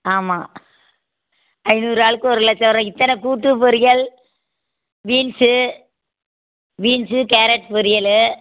ஆமா ஐந்நூறு ஆளுக்கு ஒரு லட்சம் ரூபா இத்தனைக் கூட்டுப் பொரியல் பீன்ஸு பீன்ஸு கேரட் பொரியல்